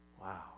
Wow